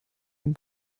den